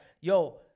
yo